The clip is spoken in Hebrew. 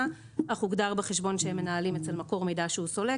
אך הוגדר בחשבון שהם מנהלים אצל מקור מידע שהוא סולק,